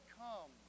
come